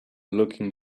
looking